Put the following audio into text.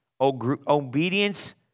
obedience